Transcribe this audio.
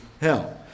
hell